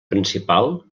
principal